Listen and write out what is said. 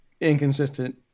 inconsistent